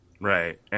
Right